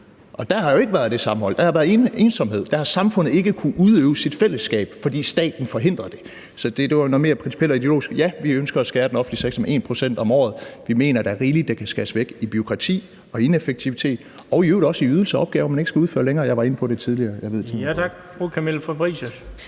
dér har jo der ikke været det sammenhold – dér har der været ensomhed. Dér har samfundet ikke kunnet udøve sit fællesskab, fordi staten forhindrede det. Så det var noget mere principielt og ideologisk. Men ja, vi ønsker at beskære den offentlige sektor med 1 pct. om året. Vi mener, at der er rigeligt, der kan skæres væk i forhold til bureaukrati og ineffektivitet og i øvrigt også i ydelser og opgaver, man ikke skal udføre længere – jeg var inde på det tidligere.